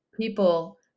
people